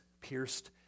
pierced